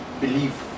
believe